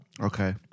Okay